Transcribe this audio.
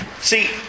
See